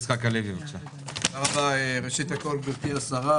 גברתי השרה,